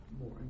more